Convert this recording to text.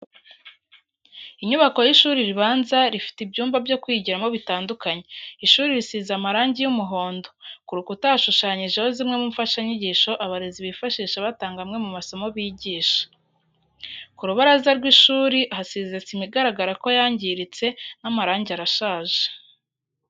Inyubako y'ishuri ribanza rifite ibyumba byo kwigiramo bitandukanye, ishuri risize amarangi y'umuhondo, ku rukuta hashushanyijeho zimwe mu mfashanyigisho abarezi bifashisha batanga amwe mu masomo bigisha. Ku rubaraza rw'ishuri hasize sima igaragara ko yangiritse n'amarangi arashaje.